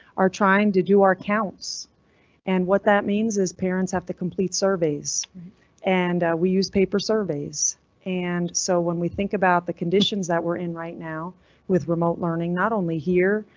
are trying to do our accounts and what that means is parents have to complete surveys and we use paper surveys and so when we think about the conditions that we're in right now with remote learning not only here,